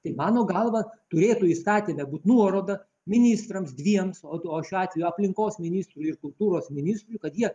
tai mano galva turėtų įstatyme būt nuoroda ministrams dviems o šiuo atveju aplinkos ministrui ir kultūros ministrui kad jie